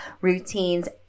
routines